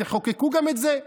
תחוקקו גם את זה.